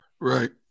right